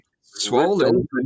swollen